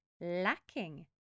lacking